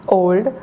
old